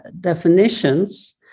definitions